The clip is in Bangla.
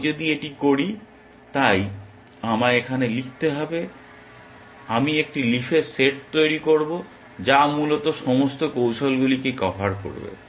আমি যদি এটি করি তাই আমায় এখানে লিখতে হবে আমি একটি লিফের সেট তৈরি করব যা মূলত সমস্ত কৌশলগুলিকে কভার করবে